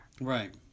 Right